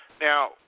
now